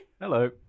Hello